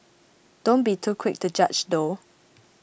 don't be too quick to judge though